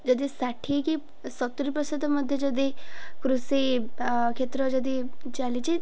ଯଦି ଷାଠିଏ କି ସତୁରି ପ୍ରତିଶତ ମଧ୍ୟ ଯଦି କୃଷି କ୍ଷେତ୍ର ଯଦି ଚାଲିଛି